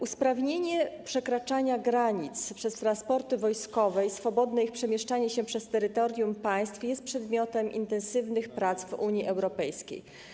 Usprawnienie przekraczania granic przez transporty wojskowe i swobodne ich przemieszczanie się przez terytorium państw jest przedmiotem intensywnych prac w Unii Europejskiej.